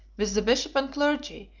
with the bishop and clergy,